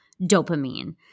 dopamine